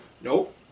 Nope